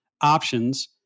options